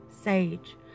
sage